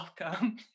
welcome